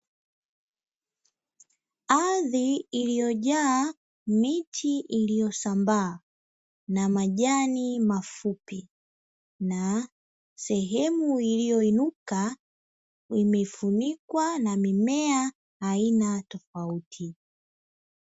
Ardhi iliyojaa miti iliyosambaa na majani mafupi na sehemu iliyoinuka imefunikwa na mimea aina tofauti.